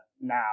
now